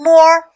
More